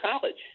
College